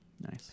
nice